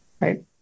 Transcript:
right